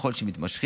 ככל שהם מתמשכים,